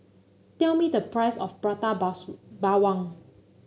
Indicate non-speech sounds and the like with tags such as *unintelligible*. tell me the price of Prata *unintelligible* Bawang